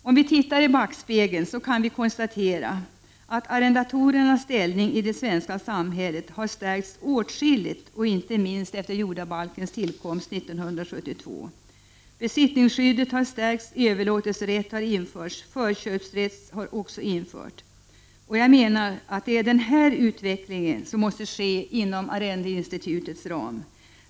Om vi tittar i backspegeln kan vi konstatera att arrendatorernas ställning i det svenska samhället har stärkts åtskilligt, inte minst efter jordabalkens tillkomst 1972. Besittningsskyddet har stärkts. Förköpsrätt har också införts. Jag menar att den här utvecklingen måste ske inom arrendeinstitutets ram.